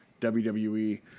WWE